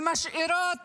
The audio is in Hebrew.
שמשאירות